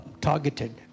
targeted